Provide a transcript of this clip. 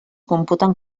computen